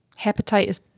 hepatitis